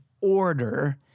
order